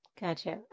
Gotcha